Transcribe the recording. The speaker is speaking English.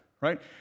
right